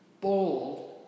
bold